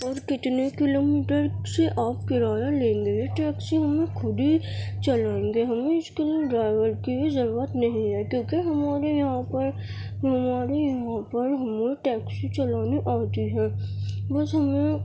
اور کتنے کلومیٹر سے آپ کرایہ لیں گے ٹیکسی ہمیں خود ہی چلائیں گے ہمیں اس کے لیے ڈرائیور کی بھی ضرورت نہیں ہے کیوں کہ ہمارے یہاں پر ہمارے یہاں پر ہمیں ٹیکسی چلانے آتی ہے بس ہمیں